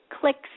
clicks